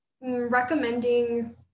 recommending